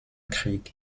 krieg